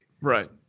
Right